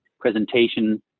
presentation